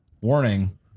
Warning